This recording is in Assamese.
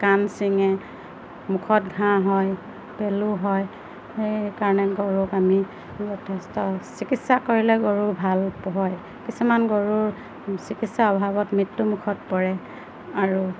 কাণ চিঙে মুখত ঘাঁহ হয় পেলু হয় সেইকাৰণে গৰুক আমি যথেষ্ট চিকিৎসা কৰিলে গৰু ভাল হয় কিছুমান গৰুৰ চিকিৎসা অভাৱত মৃত্যু মুখত পৰে আৰু